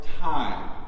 time